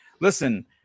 Listen